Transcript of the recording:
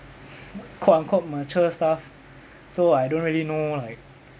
quote unquote mature stuff so I don't really know like